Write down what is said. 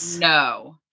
no